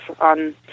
on